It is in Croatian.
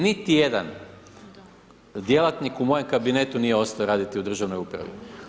Niti jedan djelatnik u mojem kabinetu nije ostao raditi u državnoj u pravi.